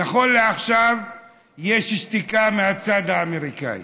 נכון לעכשיו יש שתיקה מהצד האמריקני.